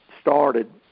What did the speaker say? started